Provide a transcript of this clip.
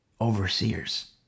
Overseers